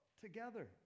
Together